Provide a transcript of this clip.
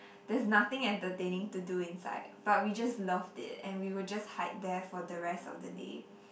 there's nothing entertaining to do inside but we just loved it and we would just hide there for the rest of the day